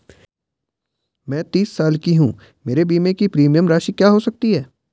मैं तीस साल की हूँ मेरे बीमे की प्रीमियम राशि क्या हो सकती है?